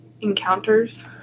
encounters